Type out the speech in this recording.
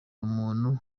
umuntu